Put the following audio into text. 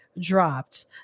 dropped